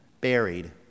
Buried